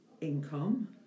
income